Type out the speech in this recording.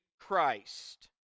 Christ